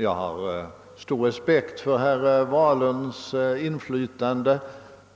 Jag har stor respekt för herr Wahlunds inflytande